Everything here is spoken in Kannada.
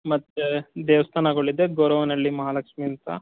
ಮತ್ತೆ ದೇವಸ್ಥಾನಗಳಿದೆ ಗೊರವನಹಳ್ಳಿ ಮಹಾಲಕ್ಷ್ಮೀ ಅಂತ